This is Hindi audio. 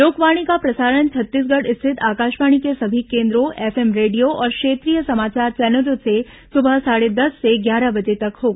लोकवाणी का प्रसारण छत्तीसगढ़ स्थित आकाशवाणी के सभी केन्द्रों एफएम रेडियो और क्षेत्रीय समाचार चौनलों से सुबह साढ़े दस से ग्यारह बजे तक होगा